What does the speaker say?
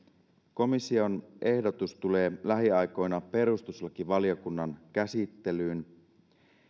komission ehdotus tulee lähiaikoina perustuslakivaliokunnan käsittelyyn